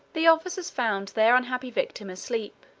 the officers found their unhappy victim asleep.